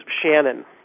Shannon